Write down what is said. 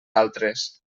altres